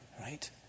right